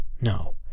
no